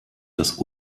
das